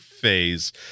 phase